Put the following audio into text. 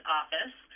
office